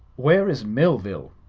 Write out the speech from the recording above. where is millville?